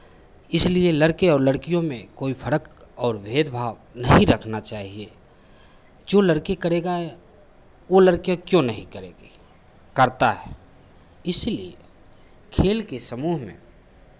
इसलिए लड़के और लड़कियों में कोई फ़र्क और भेदभाव नहीं रखना चाहिए जो लड़की करेगा वो लड़के क्यों नहीं करेंगे करता है इसलिए खेल के समूह में